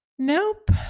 Nope